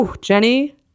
Jenny